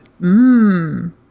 Mmm